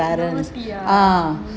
naughty ah